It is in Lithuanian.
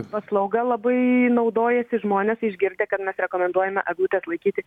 paslauga labai naudojasi žmonės išgirdę kad mes rekomenduojame eglutes laikyti